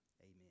amen